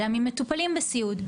אלא ממטופלים בסיעוד.